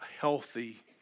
healthy